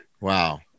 Wow